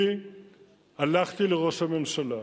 אני הלכתי לראש הממשלה,